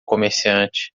comerciante